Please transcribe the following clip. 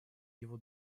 его